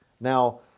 Now